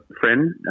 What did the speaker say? friend